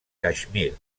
caixmir